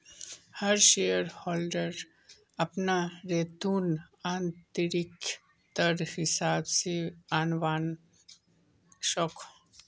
हर share holder अपना return आंतरिक दरर हिसाब से आंनवा सकोह